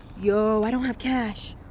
yo i don't have cash.